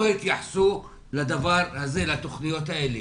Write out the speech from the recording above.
לא התייחסו לתוכניות האלו.